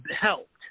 helped